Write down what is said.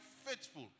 faithful